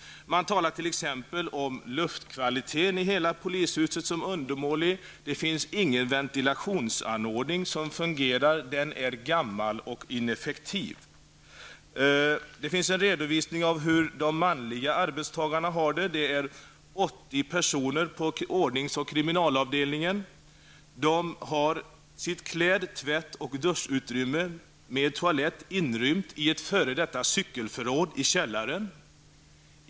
Man talar om luftkvaliteten i hela polishuset som undermålig. Det finns ingen ventilationsanordning som fungerar. Den är gammal och ineffektiv. Det finns en redovisning av hur de manliga arbetstagarna har det. Det är 80 personer på ordnings och kriminalavdelningen. De har sitt kläd-, tvätt och duschutrymme med toalett inrymt i ett f.d. cykelförråd i källaren.